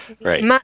Right